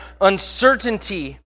uncertainty